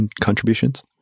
contributions